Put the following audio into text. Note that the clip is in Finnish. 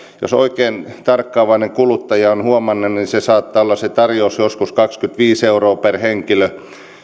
jos oikein tarkkaavainen kuluttaja on huomannut niin se tarjous saattaa olla joskus kaksikymmentäviisi euroa per henkilö